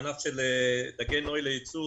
וגם ענף דגי נוי לייצוא,